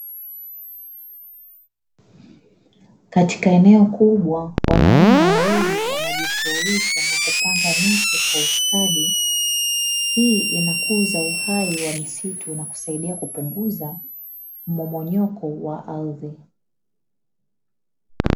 Katika eneo kubwa wanaume wawili wanajishughulisha na kupanga miche kwa ustadi, hii inakuza uhai wa misitu na kusaidia kupunguza mmomonyoko wa ardhi.